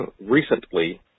recently